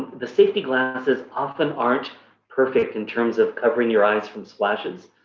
the safety glasses often aren't perfect in terms of covering your eyes from splashes.